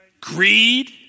Greed